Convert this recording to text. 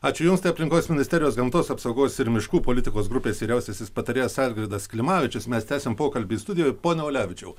ačiū jums tai aplinkos ministerijos gamtos apsaugos ir miškų politikos grupės vyriausiasis patarėjas algirdas klimavičius mes tęsiam pokalbį studijoj pone ulevičiau